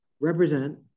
represent